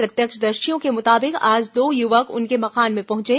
प्रत्यक्षदर्शियों के मुताबिक आज दो युवक उनके मकान में पहुंचे